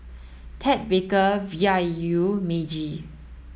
Ted Baker V I U Meiji